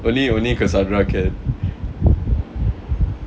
only only kassandra can